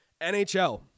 NHL